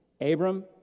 Abram